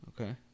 okay